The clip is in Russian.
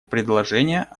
предложение